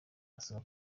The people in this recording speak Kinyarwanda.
asaba